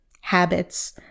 habits